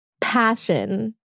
passion